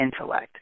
intellect